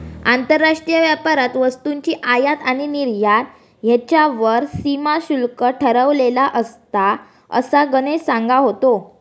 आंतरराष्ट्रीय व्यापारात वस्तूंची आयात आणि निर्यात ह्येच्यावर सीमा शुल्क ठरवलेला असता, असा गणेश सांगा होतो